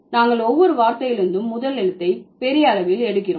நாங்கள் ஒவ்வொரு வார்த்தையிலிருந்தும் முதல் எழுத்தை பெரிய அளவில் எடுக்கிறோம்